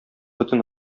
бөтен